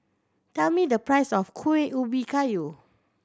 tell me the price of Kueh Ubi Kayu